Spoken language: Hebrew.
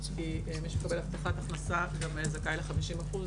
מי שחי היום בעוני זה באמת הקבוצה שמרביתה זה יוצאי ברית המועצות